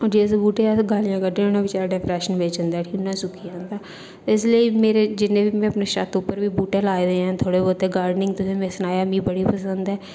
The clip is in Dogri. हून जिस बहूटे गी अस गालियां कड्ढने होन्ने बेचारा डिपरेशन बिच्च जंदा इठी सुक्की जंदा इसलेई में मेरे जिन्ने बी मेरे छत्त उप्पर बी बूहटे लाए दे थोह्ड़े बहुते गार्डनिंग तुसें गी में सनाया मिगी बड़ी पसंद ऐ